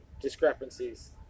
discrepancies